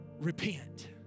Repent